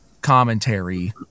commentary